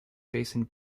basin